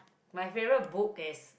my favourite book is